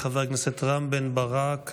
חבר הכנסת רם בן ברק,